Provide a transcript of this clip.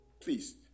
Please